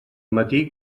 matí